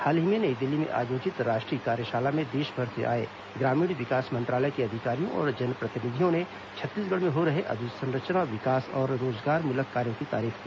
हाल ही में नई दिल्ली में आयोजित राष्ट्रीय कार्यशाला में देशभर से आए ग्रामीण विकास मंत्रालय के अधिकारियों और जनप्रतिनिधियों ने छत्तीसगढ़ में हो रहे अधोसंरचना विकास और रोजगारमूलक कार्यो की तारीफ की